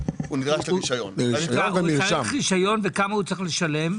צריך רשיון וכמה צריך לשלם?